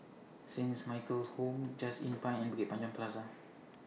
Saint's Michael's Home Just Inn Pine and Bukit Panjang Plaza